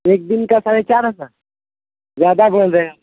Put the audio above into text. ایک دن کا ساڑھے چار ہزار زیادہ بول رہے ہیں آپ